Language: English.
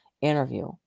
interview